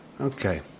Okay